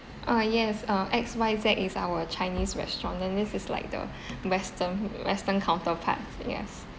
ah yes uh X Y Z is our chinese restaurant then this is like the western western counterparts yes